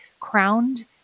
crowned